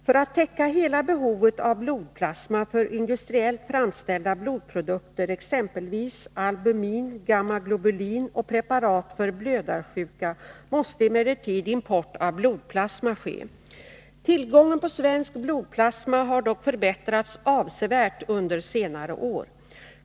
För att täcka hela behovet av blodplasma för industriellt framställda blodprodukter, exempelvis albumin, gammaglobulin och preparat för blödarsjuka, måste emellertid import av blodplasma ske. Tillgången på svensk blodplasma har dock förbättrats avsevärt under senare år.